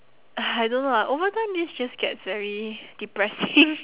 I don't know lah over time this just gets very depressing